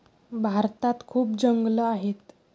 भारतात खूप जंगलं आहेत